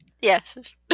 yes